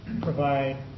provide